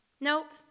Nope